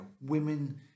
Women